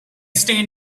stain